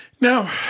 Now